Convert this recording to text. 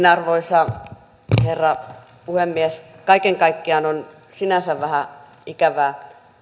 arvoisa herra puhemies kaiken kaikkiaan on sinänsä vähän ikävää